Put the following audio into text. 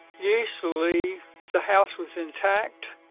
usually, if the house was intact,